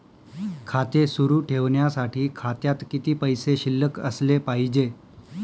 खाते सुरु ठेवण्यासाठी खात्यात किती पैसे शिल्लक असले पाहिजे?